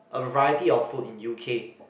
a variety of food in U_K